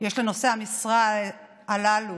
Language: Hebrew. יש לנושאי המשרה הללו